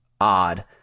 odd